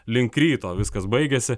link ryto viskas baigėsi